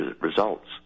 results